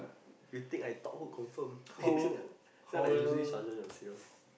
you think I thought who confirm this one like usually sergeant will say [one]